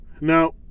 Now